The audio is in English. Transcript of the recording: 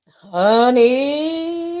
Honey